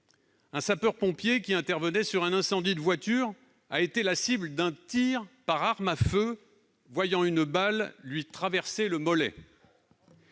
Un sapeur-pompier, qui intervient sur un incendie de voiture, est la cible d'un tir par arme à feu et voit une balle lui traverser le mollet.